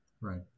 right